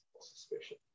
suspicion